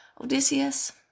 Odysseus